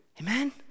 Amen